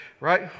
right